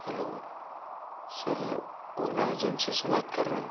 hello sir Ola agency से बात कर रहे हैं